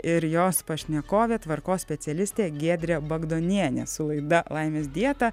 ir jos pašnekovė tvarkos specialistė giedrė bagdonienė su laida laimės dietą